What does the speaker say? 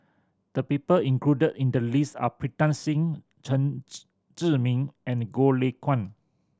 the people included in the list are Pritam Singh Chen Zhiming and Goh Lay Kuan